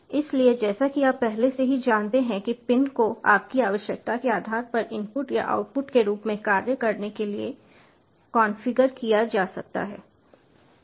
इसलिए जैसा कि आप पहले से ही जानते हैं कि पिन को आपकी आवश्यकता के आधार पर इनपुट या आउटपुट के रूप में कार्य करने के लिए कॉन्फ़िगर किया जा सकता है